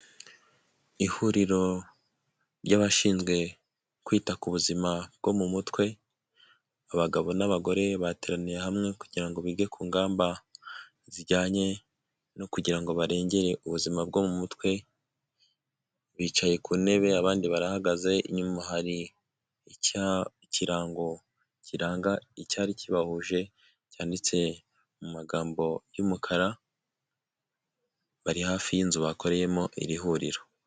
Ihuriro ry'abashinzwe kwita ku buzima bwo mu mutwe, abagabo n'abagore bateraniye hamwe kugira ngo bige ku ngamba zijyanye no kugirango barengere ubuzima bwo mu mutwe bicaye ku ntebe abandi barahagaze, inyuma hari ikirango kiranga icyarikibahuje cyanditse mu magambo y'umukara bari hafi y'inzu bakoreyemo iri huriro.